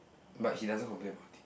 but he doesn't complain about it